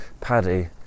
Paddy